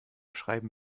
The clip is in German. schreiben